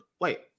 wait